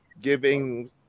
giving